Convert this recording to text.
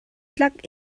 tlak